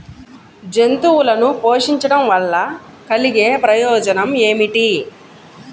జంతువులను పోషించడం వల్ల కలిగే ప్రయోజనం ఏమిటీ?